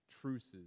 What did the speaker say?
truces